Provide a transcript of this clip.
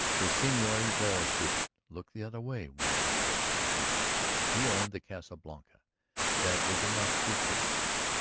the senorita should look the other way when he passed. he owned the casa blanca that was enough to ticket him,